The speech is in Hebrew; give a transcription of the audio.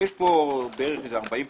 כאן כ-40 פרויקטים,